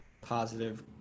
positive